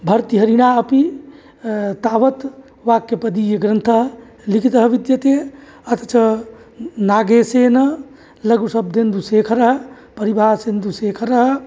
भर्तृहरिणापि तावत् वाक्यपदीयग्रन्थः लिखितः विद्यते अथ च नागेशेन लघुशब्देन्दुशेखरः परिभाषेन्दुशेखरः